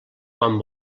quan